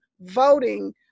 voting